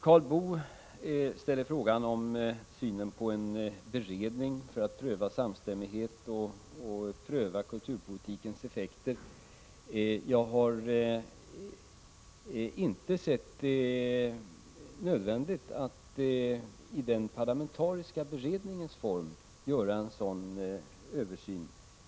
Karl Boo frågar om synen på en beredning för att pröva samstämmigheten och pröva kulturpolitikens effekter. Jag har inte sett det som nödvändigt att i den parlamentariska beredningens form göra en sådan översyn.